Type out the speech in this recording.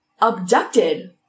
abducted